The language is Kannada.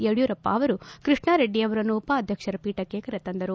ಯಡಿಯೂರಪ್ಪ ಅವರು ಕೃಷ್ಣಾರೆಡ್ಡಿಯವರನ್ನು ಉಪಾಧ್ಯಕ್ಷರ ಪೀಠಕ್ಕೆ ಕರೆತಂದರು